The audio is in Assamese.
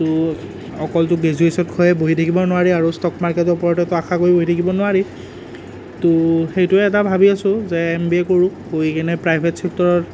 তো অকলটো গ্ৰেজুৱেশ্বন কৰিয়ে বহি থাকিব নোৱাৰি আৰু ষ্টক মাৰ্কেটৰ ওপৰতো আশা কৰি বহি থাকিব নোৱাৰি তো সেইটোৱে এটা ভাবি আছো যে এম বি এ কৰোঁ কৰি কেনেই প্ৰাইভেট চেক্টৰত